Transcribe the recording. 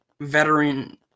veteran